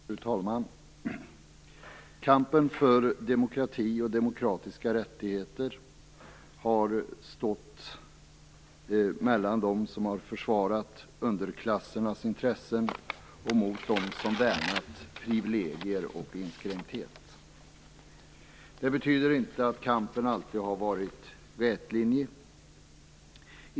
Fru talman! Kampen för demokrati och demokratiska rättigheter har stått mellan dem som har försvarat underklassernas intressen och dem som värnat privilegier och inskränkthet. Det betyder inte att kampen alltid har varit rätlinjig.